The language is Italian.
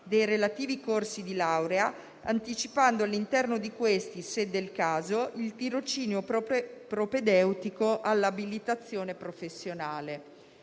dei relativi corsi di laurea, anticipando all'interno di questi, se del caso, il tirocinio propedeutico all'abilitazione professionale».